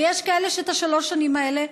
ויש כאלה שבשלוש השנים האלה,